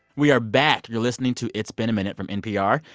we are back. you're listening to it's been a minute from npr,